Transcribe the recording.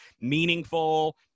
meaningful